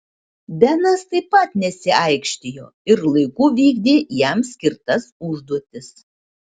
benas taip pat nesiaikštijo ir laiku vykdė jam skirtas užduotis